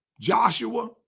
Joshua